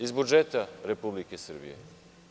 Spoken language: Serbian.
Iz budžeta Republike Srbije.